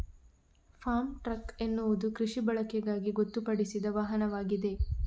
form truck ಎನ್ನುವುದು ಕೃಷಿ ಬಳಕೆಗಾಗಿ ಗೊತ್ತುಪಡಿಸಿದ ವಾಹನವಾಗಿದೆ